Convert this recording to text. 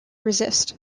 resist